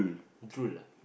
true lah